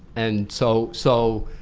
and so so